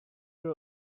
room